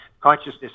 Consciousness